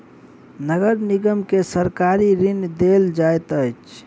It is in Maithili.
नगर निगम के सरकारी ऋण देल जाइत अछि